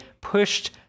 pushed